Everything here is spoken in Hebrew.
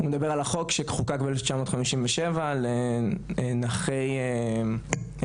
הוא מדבר על החוק שחוקק ב-1957 על נכי שואה,